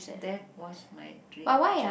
that was my dream job